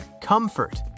COMFORT